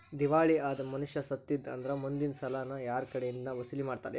ದಿವಾಳಿ ಅದ್ ಮನಷಾ ಸತ್ತಿದ್ದಾ ಅಂದ್ರ ಮುಂದಿನ್ ಸಾಲಾನ ಯಾರ್ಕಡೆಇಂದಾ ವಸೂಲಿಮಾಡ್ತಾರ?